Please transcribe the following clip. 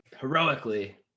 heroically